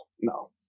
no